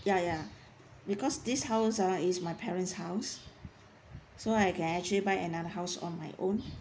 ya ya because this house ah is my parent's house so I can actually buy another house on my own